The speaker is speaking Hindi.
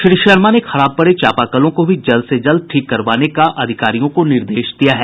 श्री शर्मा ने खराब पड़े चापाकलों को भी जल्द से जल्द ठीक करवाने का अधिकारियों को निर्देश दिया है